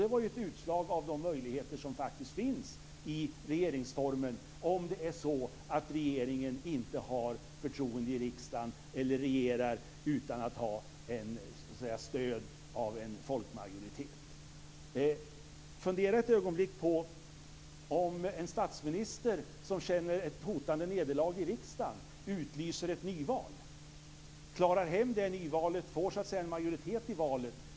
Det var ett utslag av de möjligheter som faktiskt finns i regeringsformen om regeringen inte har förtroende i riksdagen eller regerar utan att ha stöd av en folkmajoritet. Fundera ett ögonblick på en situation då en statsminister som känner att han hotas av ett nederlag i riksdagen utlyser ett nyval. Han klarar hem det nyvalet och får en majoritet.